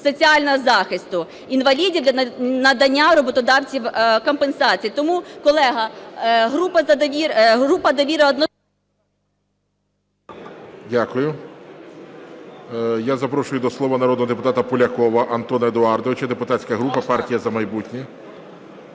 соціального захисту інвалідів для надання роботодавцям компенсацій. Тому, колеги, група "Довіра"… ГОЛОВУЮЧИЙ. Дякую. Я запрошую до слова народного депутата Полякова Антона Едуардовича, депутатська група "Партія "За майбутнє".